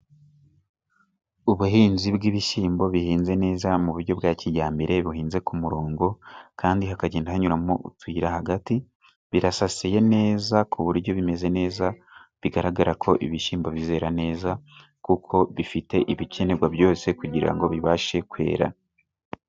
Ubuhinzi bw'ibishyimbo bihinze neza mu buryo bwa kijyambere bihinze ku murongo Kandi hakagenda hanyuramo utuyira hagati. Birasasiye neza ku buryo bimeze neza, bigaragarako ibi bishyimbo bizera neza kuko bifite ibikenerwa byose kugira ngo bibashe kwera.